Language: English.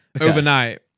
overnight